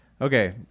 Okay